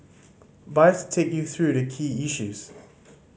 but take you through the key issues